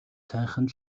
сайхан